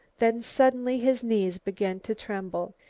then suddenly his knees began to tremble.